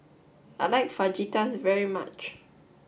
I like Fajitas very much